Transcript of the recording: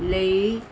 ਲਈ